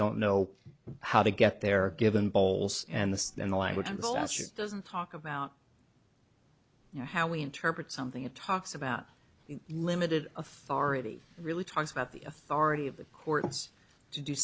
don't know how to get there given bowles and the in the language doesn't talk about you know how we interpret something it talks about limited authority really talks about the authority of the courts to do